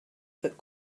that